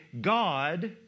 God